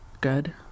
good